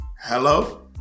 Hello